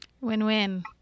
Win-win